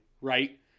right